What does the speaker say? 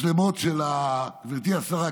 גברתי השרה,